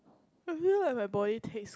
I feel like my body takes